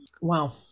Wow